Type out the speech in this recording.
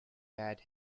bad